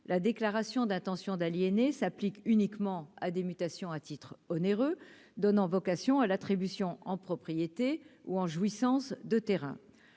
la déclaration d'intention d'aliéner s'applique uniquement à des mutations à titre onéreux, donnant vocation à l'attribution en propriété ou en jouissance de terrain,